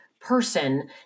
person